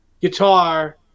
guitar